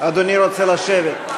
אדוני רוצה לשבת.